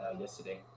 yesterday